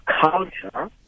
culture